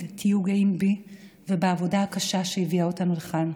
תמיד תהיו גאים בי ובעבודה הקשה שהביאה אותנו לכאן.